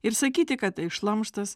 ir sakyti kad tai šlamštas